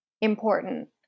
important